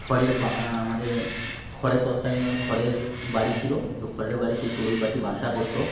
খড়ের বা আমাদের খড়ের তৎকালীন আমাদের খড়ের বাড়ি ছিল তো খড়ের বাড়িতে চড়ুই পাখি বাসা করত